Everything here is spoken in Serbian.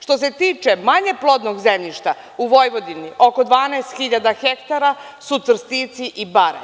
Što se tiče manje plodnog zemljišta u Vojvodini, oko 12.000 hektara su trstici i bare.